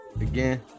again